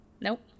nope